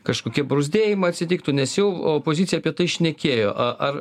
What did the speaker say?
kažkokie bruzdėjimai atsitiktų nes jau opozicija apie tai šnekėjo a ar